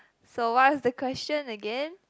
so what's the question again